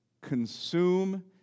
consume